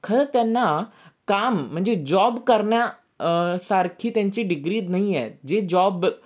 खरं त्यांना काम म्हणजे जॉब करण्या सारखी त्यांची डिग्री नाही आहे जे जॉब